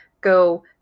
go